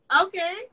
Okay